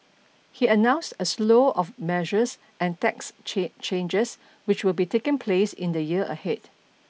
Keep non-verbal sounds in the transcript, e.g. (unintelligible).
he announced a slew of measures and tax (unintelligible) changes which will be taking place in the year ahead